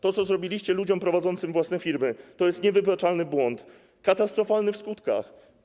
To, co zrobiliście ludziom prowadzącym własne firmy, to jest niewybaczalny błąd, katastrofalny w skutkach.